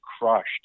crushed